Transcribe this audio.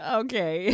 okay